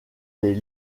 des